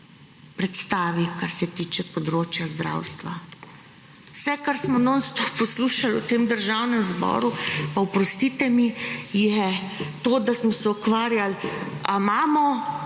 predstavi, kar se tiče področja zdravstva. Vse, kar smo non stop poslušali v tem Državnem zboru, oprostite mi, je to, da smo se ukvarjali ali imamo